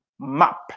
map